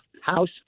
house